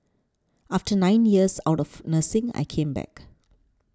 after nine years out of nursing I came back